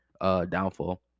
downfall